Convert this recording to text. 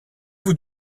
vous